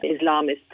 Islamist